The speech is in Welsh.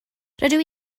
rydw